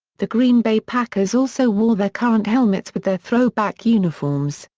the green bay packers also wore their current helmets with their throwback uniforms,